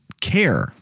care